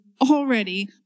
already